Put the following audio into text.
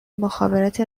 مخابرات